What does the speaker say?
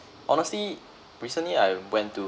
honestly recently I went to